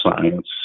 science